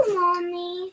mommy